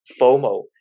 fomo